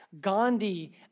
Gandhi